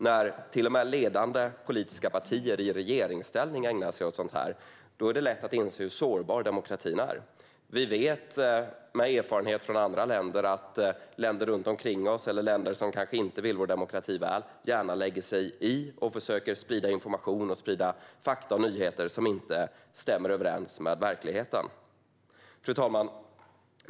När till och med ledande politiska partier i regeringsställning ägnar sig åt sådant här är det lätt att inse hur sårbar demokratin är. Vi vet utifrån erfarenheter från andra länder att länder runt omkring oss eller länder som kanske inte vill vår demokrati väl gärna lägger sig i och försöker sprida information och sprida fakta och nyheter som inte stämmer överens med verkligheten. Fru talman!